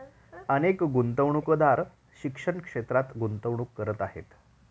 अनेक गुंतवणूकदार शिक्षण क्षेत्रात गुंतवणूक करत आहेत